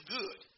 good